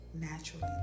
naturally